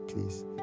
please